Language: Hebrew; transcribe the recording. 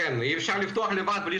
יש